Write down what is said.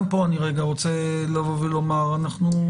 גם פה אני רוצה לומר שאנחנו,